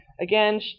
Again